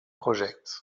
project